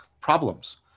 problems